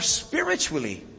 spiritually